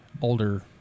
older